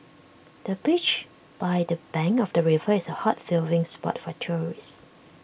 the bench by the bank of the river is A hot viewing spot for tourists